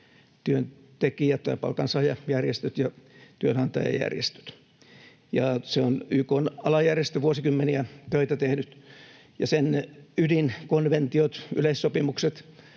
työntekijä- tai palkansaajajärjestöt ja työnantajajärjestöt. Se on YK:n alajärjestö, vuosikymmeniä töitä tehnyt, ja sen ydinkonventiot, yleissopimukset